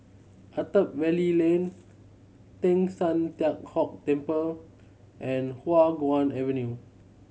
Attap Valley Lane Teng San Tian Hock Temple and Hua Guan Avenue